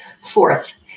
Fourth